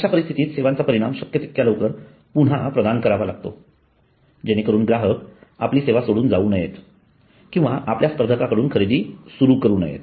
अशा परिस्थितीत सेवांचा परिणाम शक्य तितक्या लवकर पुन्हा प्रदान करावा लागतो जेणेकरून ग्राहक आमची सेवा सोडून जावू नयेत किंवा आपल्या स्पर्धकांकडून खरेदी सुरू करू नयेत